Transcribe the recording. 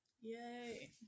Yay